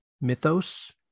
mythos